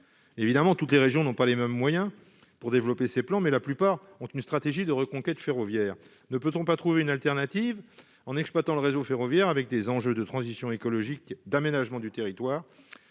évidemment toutes les régions n'ont pas les mêmes moyens pour développer ces plans, mais la plupart ont une stratégie de reconquête ferroviaire ne peut-on pas trouver une alternative en exploitant le réseau ferroviaire avec des enjeux de transition écologique d'aménagement du territoire